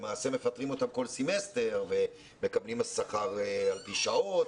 למעשה מפטרים אותם כל סמסטר והם מקבלים שכר על פי שעות,